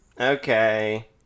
Okay